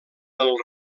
del